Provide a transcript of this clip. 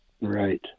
Right